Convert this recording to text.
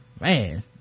man